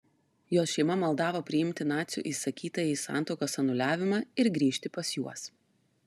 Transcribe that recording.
jos šeima maldavo priimti nacių įsakytąjį santuokos anuliavimą ir grįžti pas juos